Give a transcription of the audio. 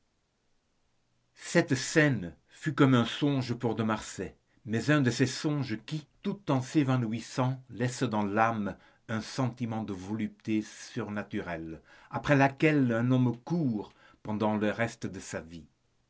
cette scène fut comme un songe pour de marsay mais un de ces songes qui tout en s'évanouissant laissent dans l'âme un sentiment de volupté surnaturelle après laquelle un homme court pendant le reste de sa vie